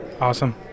Awesome